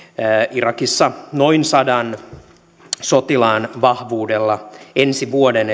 irakissa noin sadan sotilaan vahvuudella ensi vuoden